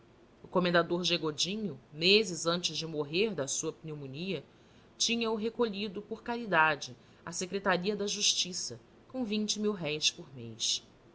o comendador g godinho meses antes de morrer da sua pneumonia tinha-o recolhido por caridade à secretaria da justiça com vinte mil-réis por mês